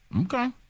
Okay